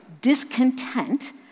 discontent